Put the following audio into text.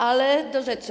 Ale do rzeczy.